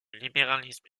libéralisme